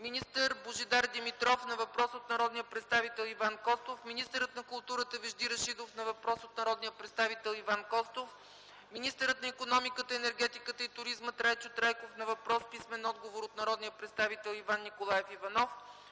министър Божидар Димитров на въпрос от народния представител Иван Костов; - министърът на културата Вежди Рашидов на въпрос от народния представител Иван Костов; - министърът на икономиката, енергетиката и туризма Трайчо Трайков – на въпрос с писмен отговор от народния представител Иван Николаев Иванов;